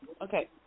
Okay